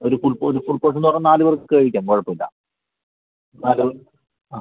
ഒരു ഫുൾപോ ഒരു ഫുൾ പോർഷന്നു പറഞ്ഞാൽ നാലുപേർക്കൊക്കെ കഴിക്കാം കുഴപ്പമില്ല നാലുപേർ ആ